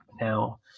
now